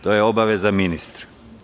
To je obaveza ministra.